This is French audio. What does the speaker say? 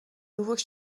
nouveaux